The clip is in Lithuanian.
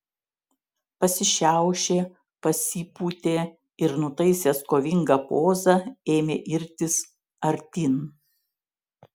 pasišiaušė pasipūtė ir nutaisęs kovingą pozą ėmė irtis artyn